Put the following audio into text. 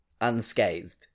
unscathed